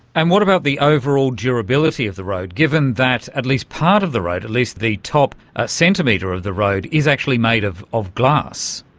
and what about the overall durability of the road, given that at least part of the road, at least the top centimetre of the road is actually made of of glass?